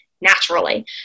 naturally